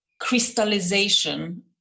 crystallization